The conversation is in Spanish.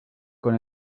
con